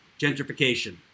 Gentrification